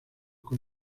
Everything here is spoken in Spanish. con